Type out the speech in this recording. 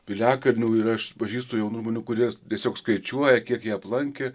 piliakalnių ir aš pažįstu jaunų žmonių kurie tiesiog skaičiuoja kiek jie aplankė